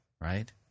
right